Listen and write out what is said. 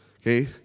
okay